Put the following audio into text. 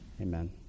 Amen